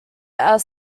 are